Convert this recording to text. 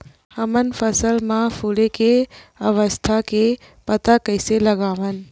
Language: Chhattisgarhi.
हमन फसल मा फुले के अवस्था के पता कइसे लगावन?